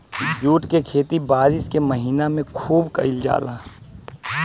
jute के खेती बारिश के महीना में खुब कईल जाला